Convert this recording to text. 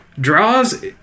Draws